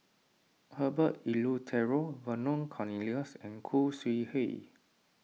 Herbert Eleuterio Vernon Cornelius and Khoo Sui Hoe